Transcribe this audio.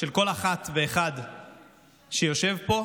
אני חושב שבתודעה של כל אחת ואחד שיושבים פה